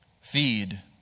Feed